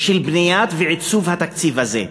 של הבנייה והעיצוב של התקציב הזה.